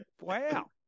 Wow